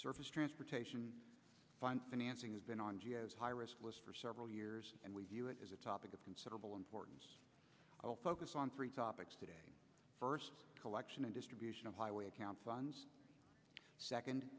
surface transportation find financing has been on jazz high risk for several years and we view it as a topic of considerable importance focus on three topics today first collection and distribution of highway accounts and second